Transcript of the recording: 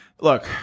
look